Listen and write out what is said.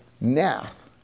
Nath